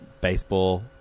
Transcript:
baseball